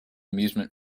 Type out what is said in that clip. amusement